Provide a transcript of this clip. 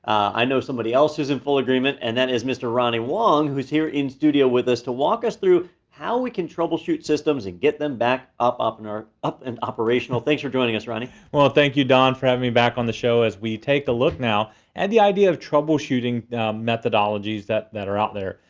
i know somebody else who's in full agreement, and that is mr. ronnie wong. who's here in studio with us to walk us through how we can troubleshoot systems and get them back up up and and operational. thanks for joining us, ronnie. well, thank you, don, for having me back on the show, as we take a look now at the idea of troubleshooting methodologies that that are out there.